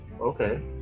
okay